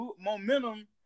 momentum